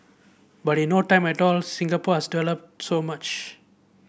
but in no time at all Singapore has developed so much